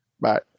Bye